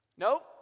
Nope